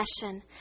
passion